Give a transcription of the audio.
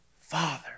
Father